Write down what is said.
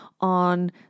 on